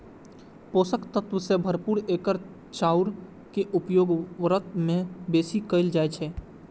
पोषक तत्व सं भरपूर एकर चाउर के उपयोग व्रत मे बेसी कैल जाइ छै